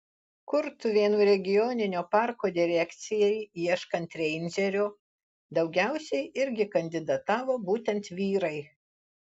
kurtuvėnų regioninio parko direkcijai ieškant reindžerio daugiausiai irgi kandidatavo būtent vyrai